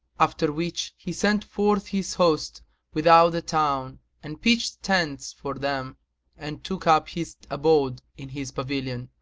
after which he sent forth his host without the town and pitched tents for them and took up his abode in his pavilion,